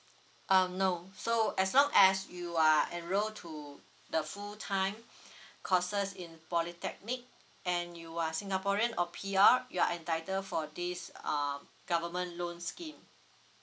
um no so as long as you are enrolled to the full time courses in polytechnic and you are singaporean or P_R you are entitled for this um government loan scheme